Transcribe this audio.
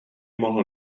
mohl